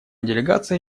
делегация